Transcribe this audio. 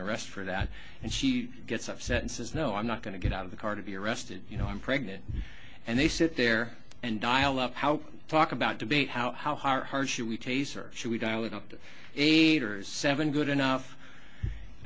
arrest for that and she gets upset and says no i'm not going to get out of the car to be arrested you know i'm pregnant and they sit there and dial up how to talk about debate how how hard should we case or should we dial it up to eight or seven good enough i